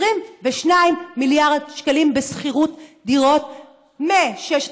22 מיליארד שקלים בשכירות דירות מששת